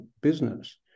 business